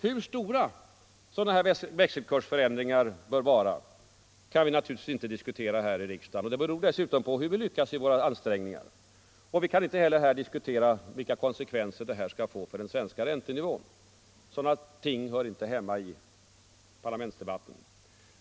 Hur stora sådana växelkursförändringar bör vara kan vi naturligtvis inte diskutera här i riksdagen, och det beror dessutom på hur vi lyckas i våra ansträngningar. Och vi kan inte heller här diskutera vilka konsekvenser det kan bli för den svenska räntenivån. Sådana ting hör inte hemma i parlamentsdebatten.